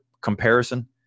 comparison